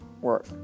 work